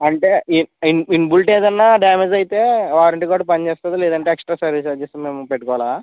అంటే in inbuilt ఏదైనా damage అయితే వారంటీ కార్డు పనిచేస్తుంది లేదంటే ఎక్స్ట్రా సర్వీస్ చార్జెస్ మేము పెట్టుకోవాలా